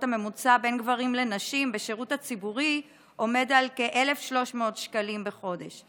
הממוצע בין גברים לנשים בשירות הציבורי עומד על כ-1,300 שקלים בחודש.